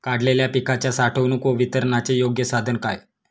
काढलेल्या पिकाच्या साठवणूक व वितरणाचे योग्य साधन काय?